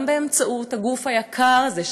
גם באמצעות הגוף היקר הזה,